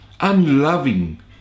unloving